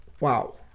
wow